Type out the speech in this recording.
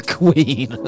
queen